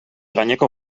gaineko